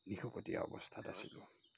নিশকতীয়া অৱস্থাত আছিলোঁ